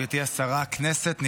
גברתי השרה, כנסת נכבדה,